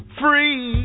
free